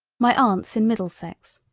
my aunt's in middlesex,